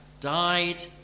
died